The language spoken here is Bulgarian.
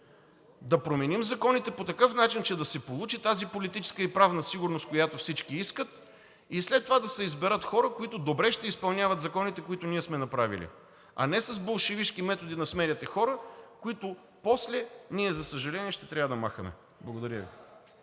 Да променим законите по такъв начин, че да се получи тази политическа и правна сигурност, която всички искат, и след това да се изберат хора, които добре ще изпълняват законите, които ние сме направили. А не с болшевишки методи да сменяте хора, които после ние, за съжаление, ще трябва да махаме. Благодаря Ви.